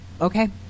okay